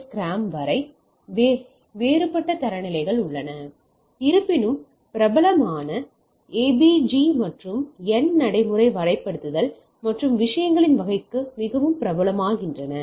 S கிராம் வரை வேறுபட்ட தரநிலைகள் உள்ளன இருப்பினும் பிரபலமானவை a b g மற்றும் n நடைமுறை வரிசைப்படுத்தல் மற்றும் விஷயங்களின் வகைகளுக்கு மிகவும் பிரபலமாகின்றன